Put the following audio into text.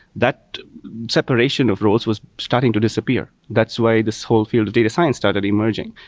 that separation of roles was starting to disappear. that's why this whole field of data science started emerging.